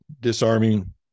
disarming